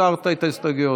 הסרת את ההסתייגויות.